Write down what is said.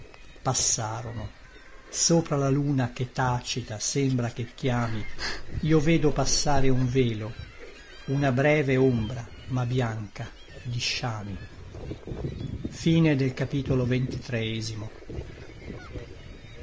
passarono sopra la luna che tacita sembra che chiami io vedo passare un velo una breve ombra ma bianca di sciami si